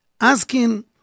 asking